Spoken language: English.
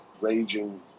raging